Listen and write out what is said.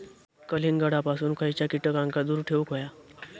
कलिंगडापासून खयच्या कीटकांका दूर ठेवूक व्हया?